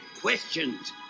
questions